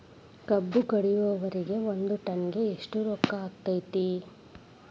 ಕಬ್ಬು ಕಡಿಯುವರಿಗೆ ಒಂದ್ ಟನ್ ಗೆ ಎಷ್ಟ್ ರೊಕ್ಕ ಆಕ್ಕೆತಿ?